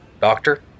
Doctor